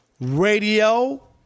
Radio